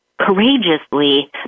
courageously